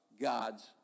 God's